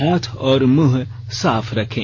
हाथ और मुंह साफ रखें